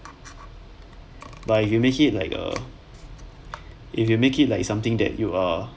but if you make it like a if you make it like something that you are